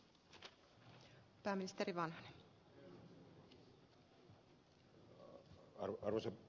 arvoisa puhemies